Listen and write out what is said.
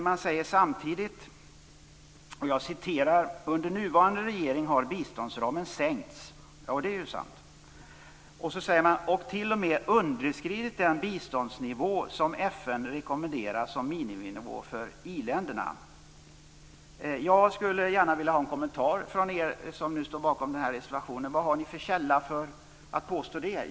Man säger samtidigt, och jag citerar: "Under nuvarande regering har biståndsramen sänkts ---" Och det är ju sant. Så säger man: "--- och t.o.m. underskridit den biståndsnivå som FN rekommenderar som miniminivå för i-länderna." Jag skulle gärna vilja ha en kommentar från er som står bakom den här reservationen. Vad har ni för källa för att påstå detta?